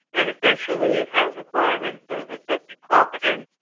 and essentially it has requirements of assessing competence,